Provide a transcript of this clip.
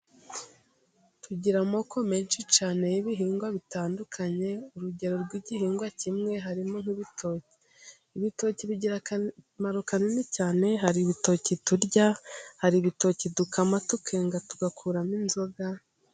Tugira amoko menshi cyane y'ibihingwa bitandukanye， urugero rw'igihingwa kimwe， harimo nk'ibitoki. Ibitoki bigira akamaro kanini cyane， hari ibitoki turya， hari ibitoki dukama， tukenga tugakuramo inzoga.